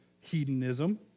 hedonism